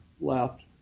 left